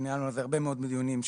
וניהלנו על זה הרבה מאוד דיונים,